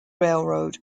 railroad